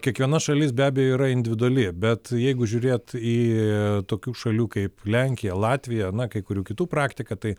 kiekviena šalis be abejo yra individuali bet jeigu žiūrėt į tokių šalių kaip lenkija latvija na kai kurių kitų praktiką tai